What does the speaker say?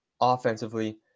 offensively